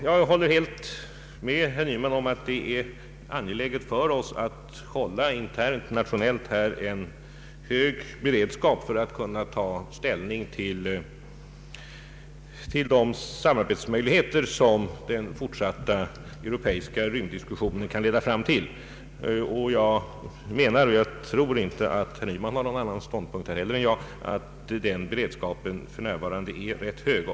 Jag håller helt med herr Nyman om att det är angeläget för oss att internt hålla en hög beredskap för att kunna ta ställning till de samarbetsmöjligheter som den fortsatta europeiska rymddiskussionen kan leda fram till. Jag anser — och jag tror inte att herr Nyman har någon annan uppfattning — att den beredskapen för närvarande är rätt hög.